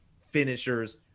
finishers